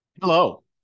Hello